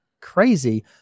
crazy